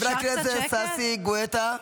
חבר הכנסת ששי גואטה,